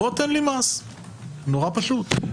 בוא, תן לי מס - נורא פשוט.